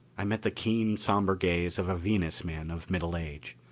i met the keen, somber gaze of a venus man of middle age.